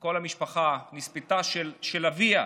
כל המשפחה נספתה, של אביה,